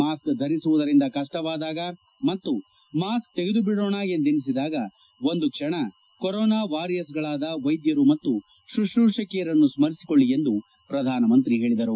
mask ಧರಿಸುವುದರಿಂದ ಕಷ್ವವಾದಾಗ ಮತ್ತು ಮಾಸ್ಕ್ ತೆಗೆದುಬಿಡೋಣ ಎಂದೆನ್ನಿಸಿದಾಗ ಒಂದು ಕ್ಷಣ ಕೊರೊನಾ ವಾರಿಯರ್ಸ್ಗಳಾದ ವೈದ್ಯರು ಮತ್ತು ಶುಶ್ರೂಷಕಿಯರನ್ನು ಸ್ಮರಿಸಿಕೊಳ್ಳಿ ಎಂದು ಪ್ರಧಾನಮಂತ್ರಿ ಹೇಳಿದರು